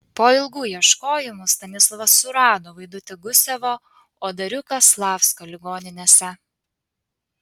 po ilgų ieškojimų stanislovas surado vaidutį gusevo o dariuką slavsko ligoninėse